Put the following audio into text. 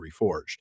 reforged